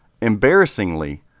embarrassingly